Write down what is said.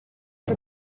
que